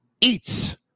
Eats